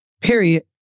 Period